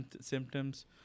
symptoms